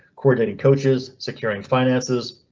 coordinating coaches, securing finances.